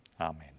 Amen